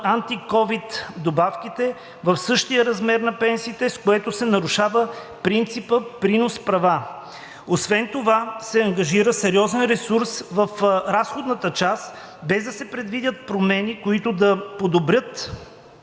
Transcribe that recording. антиковид добавките в същинския размер на пенсиите, с което се нарушава принципът принос права. Освен това се ангажира сериозен ресурс в разходната част, без да се предвидят промени, които да подобрят